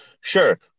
Sure